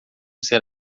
ser